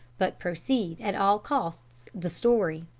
but proceed at all costs, the story.